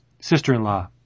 sister-in-law